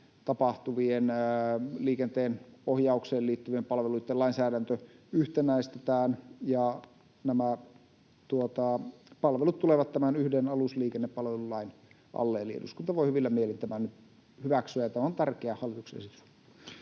tapahtuvien liikenteenohjaukseen liittyvien palveluitten lainsäädäntö yhtenäistetään ja nämä palvelut tulevat tämän yhden alusliikennepalvelulain alle. Eli eduskunta voi hyvillä mielin tämän hyväksyä. Tämä on tärkeä hallituksen esitys.